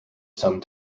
some